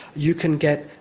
you can get,